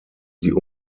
die